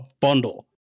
bundle